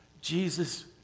Jesus